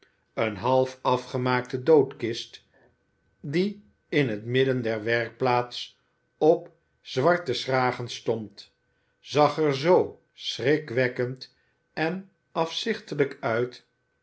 eene half afgemaakte doodkist die in het midden der werkplaats op zwarte schragen stond zag er zoo schrikverwekkend en afzichtelijk uit